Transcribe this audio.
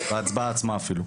בהצבעה עצמה אפילו,